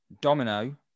Domino